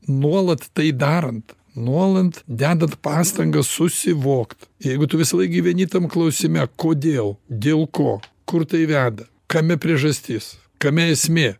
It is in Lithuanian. nuolat tai darant nuolat dedant pastangas susivokt jeigu tu visąlaik gyveni tam klausime kodėl dėl ko kur tai veda kame priežastis kame esmė